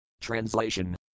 Translation